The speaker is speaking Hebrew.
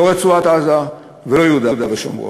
לא רצועת-עזה ולא יהודה ושומרון.